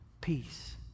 Peace